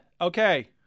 Okay